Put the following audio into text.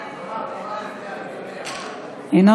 תמר.